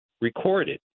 recorded